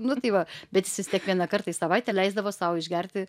nu tai va bet jis vis tiek vieną kartą į savaitę leisdavo sau išgerti